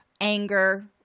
anger